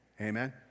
Amen